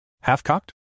Half-cocked